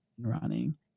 running